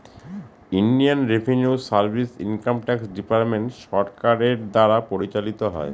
Indian revenue service income tax department সরকারের দ্বারা পরিচালিত হয়